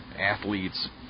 athletes